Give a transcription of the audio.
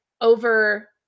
over